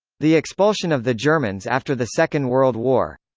the expulsion of the germans after the second world war.